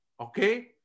okay